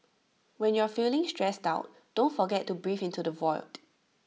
when you are feeling stressed out don't forget to breathe into the void